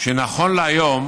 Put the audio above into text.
שנכון להיום